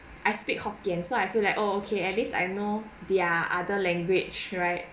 I speak hokkien so I feel like oh okay at least I know their other language right